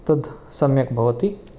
तद् सम्यक् भवति